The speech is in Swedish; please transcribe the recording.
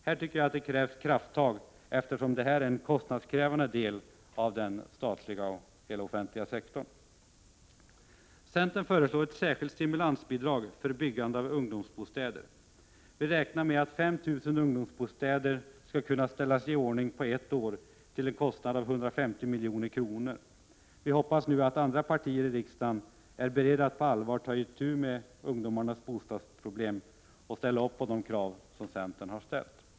Här krävs krafttag eftersom detta är en kostnadskrävande del av den offentliga sektorn. Centern föreslår ett särskilt stimulansbidrag för byggande av ungdomsbostäder. Vi räknar med att 5 000 ungdomsbostäder skall kunna ställas i ordning på ett år till en kostnad av 150 milj.kr. Vi hoppas nu att andra partier i riksdagen är beredda att på allvar ta itu med ungdomarnas bostadsproblem och ställa upp bakom de krav som centern har ställt.